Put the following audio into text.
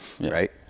right